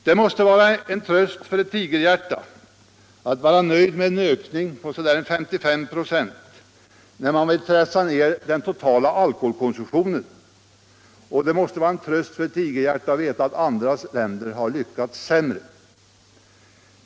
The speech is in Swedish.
Det måste vara en tröst för ett tigerhjärta att vara nöjd med en ökning på 55 96, när man vill pressa ner den totala konsumtionen, och det måste vara samma tröst att veta att andra länder har lyckats sämre.